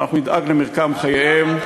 ואנחנו נדאג למרקם חייהם,